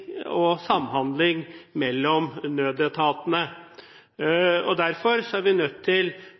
og samhandling mellom nødetatene – og derfor er vi nødt til